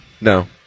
No